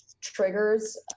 triggers